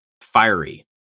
fiery